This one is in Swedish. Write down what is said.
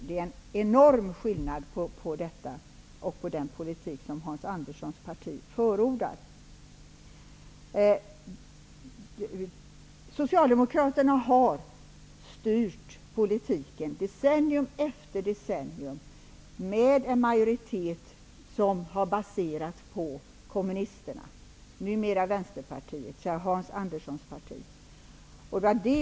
Det är en enorm skillnad mellan detta och den politik som Hans Socialdemokraterna har styrt politiken decennium efter decennium med en majoritet som varit baserad på kommunisterna, numera Vänsterpartiet -- dvs. Hans Anderssons parti.